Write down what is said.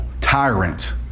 tyrant